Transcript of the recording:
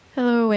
Hello